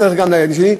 אני צריך גם לילדים שלי,